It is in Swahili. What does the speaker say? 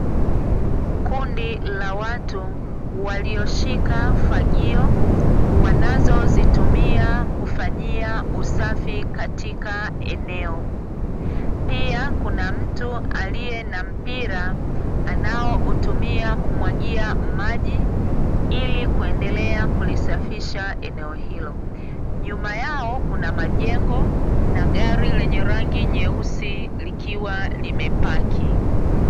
Kundi la watu, walioshika fagio, wanazozitumia kufanyia usafi katika eneo. Pia kuna mtu aliye na mpira anaoutumia kumwagia maji ili kuendelea kulisafisha eneo hilo. Nyuma yao kuna majengo na gari lenye rangi nyeusi likiwa limepaki.